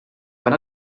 van